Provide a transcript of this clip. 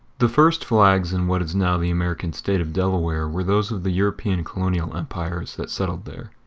the first flags in what is now the american state of delaware were those of the european colonial empires that settled there.